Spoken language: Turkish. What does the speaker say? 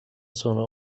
sonra